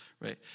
right